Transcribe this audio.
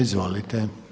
Izvolite.